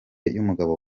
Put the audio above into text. y’umugabo